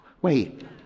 Wait